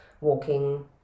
walking